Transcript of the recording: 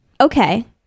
okay